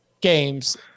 games